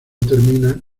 termina